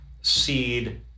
seed